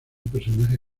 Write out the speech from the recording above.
personaje